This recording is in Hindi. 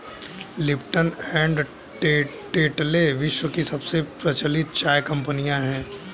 लिपटन एंड टेटले विश्व की सबसे प्रचलित चाय कंपनियां है